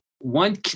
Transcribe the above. one